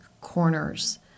corners